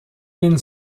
den